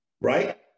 right